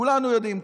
כולנו יודעים,